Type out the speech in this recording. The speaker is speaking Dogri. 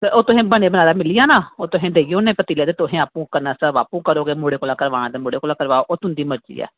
ते ओह् तुसेंगी बने बनाये दा मिली जाना ते ओह् तुसें देई ओड़ने पतीले ते तुसें आपूं करना सर्व ते आपूं करो मुढ़े कोला कराना ते मुढ़े कोला करवाओ ओह् तुंदी मर्जी ऐ